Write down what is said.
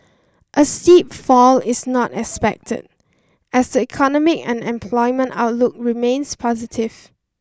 a steep fall is not expected as the economic and employment outlook remains positive